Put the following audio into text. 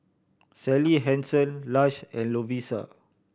Sally Hansen Lush and Lovisa